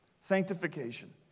Sanctification